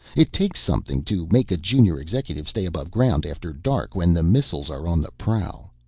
it takes something to make a junior executive stay aboveground after dark, when the missiles are on the prowl.